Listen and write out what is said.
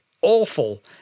awful